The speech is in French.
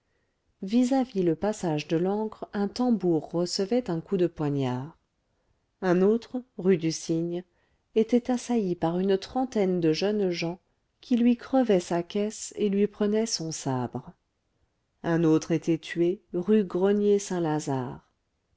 vis-à-vis le passage de l'ancre un tambour recevait un coup de poignard un autre rue du cygne était assailli par une trentaine de jeunes gens qui lui crevaient sa caisse et lui prenaient son sabre un autre était tué rue